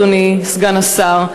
אדוני סגן השר,